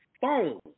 phone